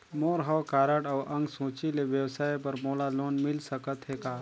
मोर हव कारड अउ अंक सूची ले व्यवसाय बर मोला लोन मिल सकत हे का?